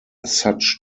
such